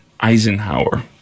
Eisenhower